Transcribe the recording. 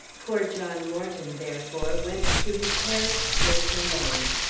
poor john morton, therefore, went to his parish church alone.